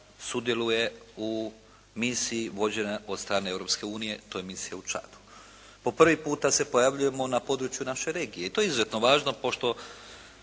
sudjeluje u misiji vođena od strane Europske unije. To je misija u Čadu. Po prvi puta se pojavljujemo na području naše regije i to je izuzetno važno pošto